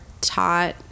taught